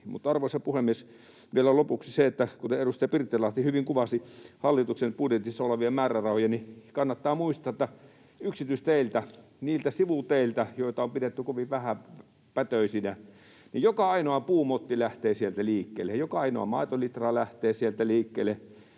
Arvoisa puhemies! Vielä lopuksi se, että kuten edustaja Pirttilahti hyvin kuvasi hallituksen budjetissa olevia määrärahoja, niin kannattaa muistaa, että yksityisteiltä, niiltä sivuteiltä, joita on pidetty kovin vähäpätöisinä, lähtee liikkeelle joka ainoa puumotti, lähtee liikkeelle joka ainoa maitolitra. Joka ainoalla tiellä